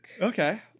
okay